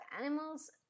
animals